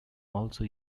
also